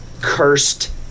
cursed